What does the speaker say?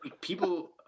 People